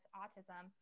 autism